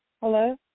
Hello